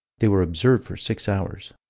they were observed for six hours.